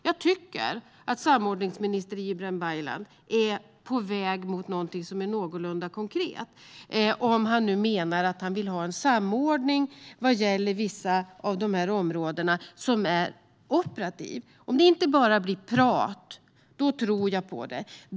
Jag tycker att samordningsminister Ibrahim Baylan är på väg mot någonting som är någorlunda konkret - om han menar att han vill ha en operativ samordning vad gäller vissa av områdena. Om det inte bara blir prat tror jag på det.